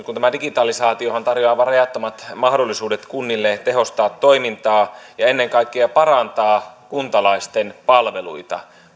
kun tämä digitalisaatiohan tarjoaa aivan rajattomat mahdollisuudet kunnille tehostaa toimintaa ja ennen kaikkea parantaa kuntalaisten palveluita